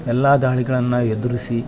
ಎಲ್ಲ ದಾಳಿಗಳನ್ನು ಎದುರಿಸಿ